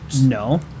no